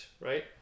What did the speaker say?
right